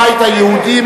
הבית היהודי,